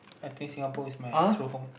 I think Singapore is my true home